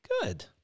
Good